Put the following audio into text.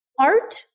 art